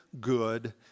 good